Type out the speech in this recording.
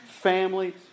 family